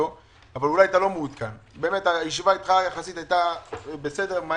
והישיבה אתך היתה בסדר,